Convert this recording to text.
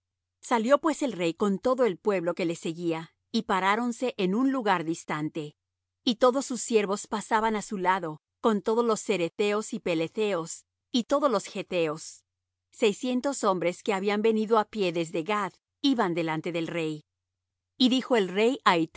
salió pues el rey con todo el pueblo que le seguía y paráronse en un lugar distante y todos sus siervos pasaban á su lado con todos los ceretheos y peletheos y todos los getheos seiscientos hombres que habían venido á pie desde gath iban delante del rey y dijo el rey